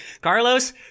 Carlos